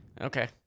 Okay